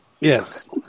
Yes